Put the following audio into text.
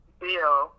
bill